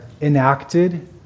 enacted